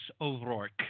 O'Rourke